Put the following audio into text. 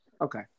Okay